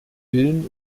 willen